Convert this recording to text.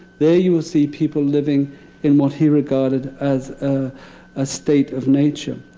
there you will see people living in what he regarded as ah a state of nature.